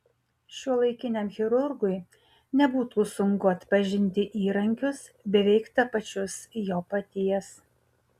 šiuolaikiniam chirurgui nebūtų sunku atpažinti įrankius beveik tapačius jo paties